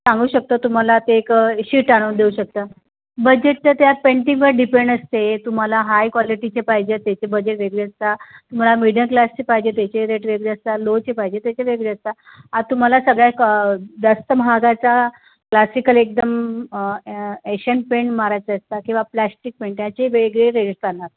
सांगू शकतो तुम्हाला ते एक शीट आणून देऊ शकतं बजेटचं त्या पेंटिंगवर डिपेंड असते तुम्हाला हाय क्वालिटीचे पाहिजे त्याचे बजेट वेगळी असतात तुम्हाला मिडल क्लासचे पाहिजे त्याचे रेट वेगळे असता लोचे पाहिजे त्याचे वेगळे असतात आज तुम्हाला सगळ्या क जास्त महागाचा क्लासिकल एकदम ए एशियन पेंट मारायचं असतात किंवा प्लॅश्टिक पेंट त्याची वेगळे रेट